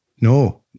no